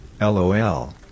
Lol